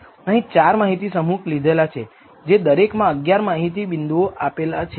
અહીંયા 4 માહિતી સમૂહ લીધેલા છે કે જે દરેકમાં 11 માહિતી બિંદુઓ આવેલા છે